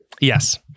Yes